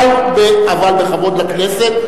אבל בכבוד לכנסת,